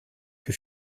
que